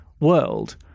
world